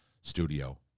studio